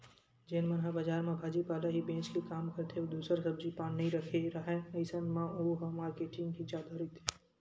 जेन मन ह बजार म भाजी पाला ही बेंच के काम करथे अउ दूसर सब्जी पान नइ रखे राहय अइसन म ओहा मारकेटिंग ही जादा रहिथे